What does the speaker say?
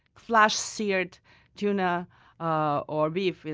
flash seared tuna ah or beef,